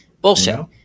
Bullshit